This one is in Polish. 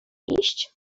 iść